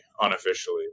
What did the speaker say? unofficially